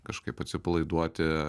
kažkaip atsipalaiduoti